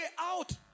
out